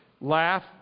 laugh